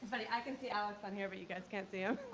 i can see alex on here but you guys can't see him.